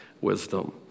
wisdom